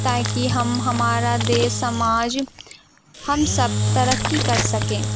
تا کہ ہم ہمارا دیس سماج ہم سب ترقّی کر سکیں